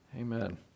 amen